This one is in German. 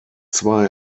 zwei